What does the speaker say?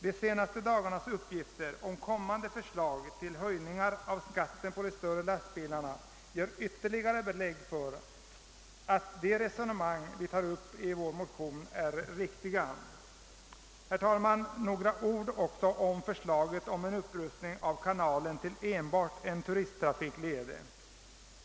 De senaste dagarnas uppgifter om kommande förslag till höjningar av skatten på de större lastbilarna ger ytterligare belägg för att de resonemang vi tar upp i vår motion är riktiga. Herr talman! Jag vill säga några ord också om förslaget att upprusta kanalen till enbart en turisttrafikled.